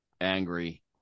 angry